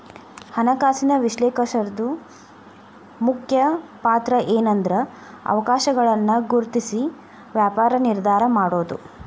ಹಣಕಾಸಿನ ವಿಶ್ಲೇಷಕರ್ದು ಮುಖ್ಯ ಪಾತ್ರಏನ್ಂದ್ರ ಅವಕಾಶಗಳನ್ನ ಗುರ್ತ್ಸಿ ವ್ಯಾಪಾರ ನಿರ್ಧಾರಾ ಮಾಡೊದು